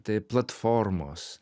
tai platformos